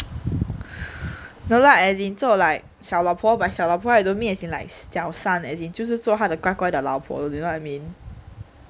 no lah as in 做 like 小老婆 by 小老婆 I don't mean as in like 小三 as in 就是做他的乖乖的老婆 you know what I mean